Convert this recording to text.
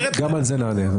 גם על זה נענה.